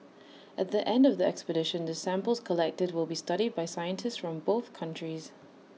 at the end of the expedition the samples collected will be studied by scientists from both countries